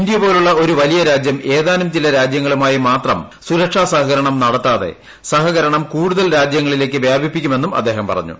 India പോലുള്ള ഒരു വലിയ രാജ്യം ഏതാനും ചില രാജ്യങ്ങളുമായി മാത്രം സുരക്ഷാ സഹകരണം നടത്താതെ സഹകരണം കൂടുതൽ രാജ്യങ്ങളിലേക്ക് വ്യാപിപ്പിക്കുമെന്നും അദ്ദേഹം പറഞ്ഞു